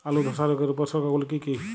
আলুর ধসা রোগের উপসর্গগুলি কি কি?